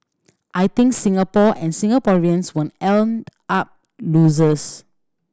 I think Singapore and Singaporeans when end up losers